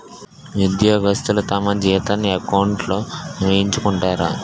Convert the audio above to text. ఉద్యోగస్తులు తమ జీతాన్ని ఎకౌంట్లో వేయించుకుంటారు